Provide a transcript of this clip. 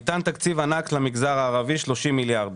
ניתן תקציב ענק למגזר הערבי, 30 מיליארד שקל.